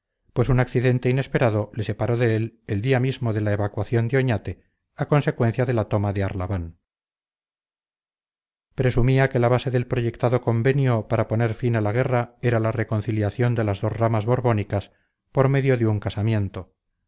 pues un accidente inesperado le separó de él el día mismo de la evacuación de oñate a consecuencia de la toma de arlabán presumía que la base del proyectado convenio para poner fin a la guerra era la reconciliación de las dos ramas borbónicas por medio de un casamiento